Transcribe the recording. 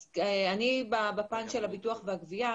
אני אענה בפן של הביטוח והגבייה.